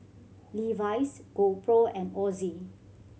Levi's GoPro and Ozi